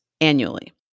annually